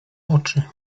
oczy